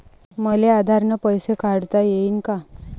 मले आधार न पैसे काढता येईन का?